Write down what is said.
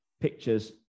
pictures